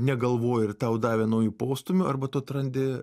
negalvoji ir tau davė naujų postūmių arba tu atrandi